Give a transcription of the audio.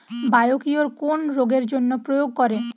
Biocure কোন রোগেরজন্য প্রয়োগ করে?